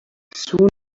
soon